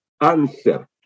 answer